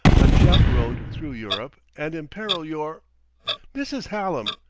unchaperoned through europe and imperil your mrs. hallam!